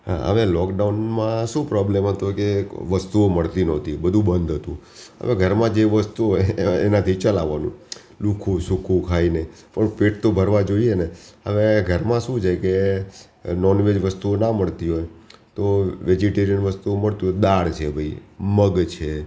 હવે લોકડાઉનમાં શું પ્રોબ્લેમ હતો કે વસ્તુઓ મળતી નહોતી બધું બંધ હતું હવે ઘરમાં જે વસ્તુ હોય એનાથી ચલાવવાનું રુખુ સૂકું ખાઈને પણ પેટ તો ભરવા જોઈએ ને હવે ઘરમાં શું છે કે નોનવેજ વસ્તુઓ ના મળતી હોય તો વેજિટેરિયન વસ્તુઓ મળતી હોય તો દાળ છે ભાઈ મગ છે